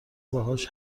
باهاش